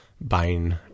buying